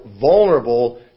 vulnerable